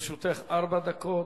לרשותך ארבע דקות.